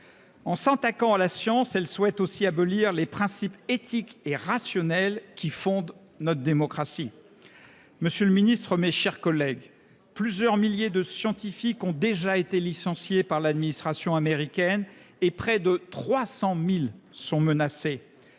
En s’attaquant à la science, elle souhaite aussi abolir les principes éthiques et rationnels qui fondent notre démocratie. Monsieur le ministre, mes chers collègues, plusieurs milliers de scientifiques ont déjà été licenciés par l’administration américaine et près de 300 000 autres sont menacés.